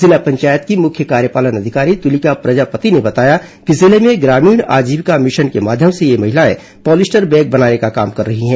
जिला पंचायत की मुख्य कार्यपालन अधिकारी तुलिका प्रजापति ने बताया कि जिले में ग्रामीण आजीविका मिशन के माध्यम से ये महिलाए पॉलिस्टर बैग बनाने का काम कर रही हैं